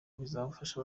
bizafasha